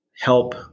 help